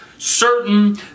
Certain